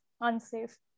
unsafe